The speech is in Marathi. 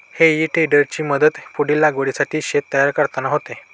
हेई टेडरची मदत पुढील लागवडीसाठी शेत तयार करताना होते